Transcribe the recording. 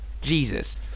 Jesus